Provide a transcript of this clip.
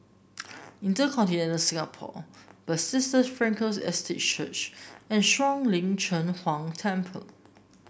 InterContinental Singapore Bethesda Frankel Estate Church and Shuang Lin Cheng Huang Temple